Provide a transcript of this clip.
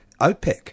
OPEC